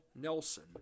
Nelson